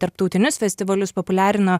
tarptautinius festivalius populiarino